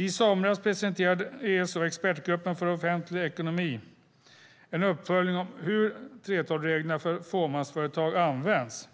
I somras presenterade ESO, Expertgruppen för offentlig ekonomi, en uppföljning av hur 3:12-reglerna för fåmansföretag används.